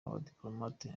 abadipolomate